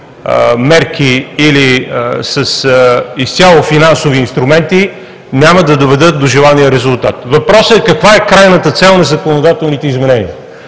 мерки или с изцяло финансови инструменти, няма да доведе до желания резултат. Въпросът е каква е крайната цел на законодателните изменения: